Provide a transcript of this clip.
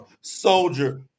soldier